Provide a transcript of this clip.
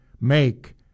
make